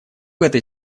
этой